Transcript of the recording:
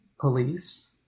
Police